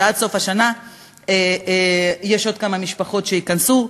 שעד סוף השנה עוד כמה משפחות ייכנסו,